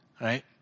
Right